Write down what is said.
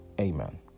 Amen